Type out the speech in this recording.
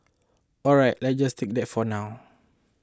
all right let's just take that for now